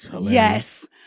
yes